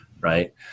Right